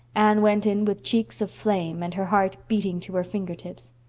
anne went in with cheeks of flame and her heart beating to her fingertips.